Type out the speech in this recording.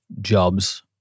jobs